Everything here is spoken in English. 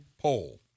poll